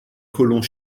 colons